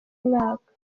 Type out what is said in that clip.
mwaka